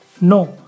No